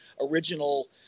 original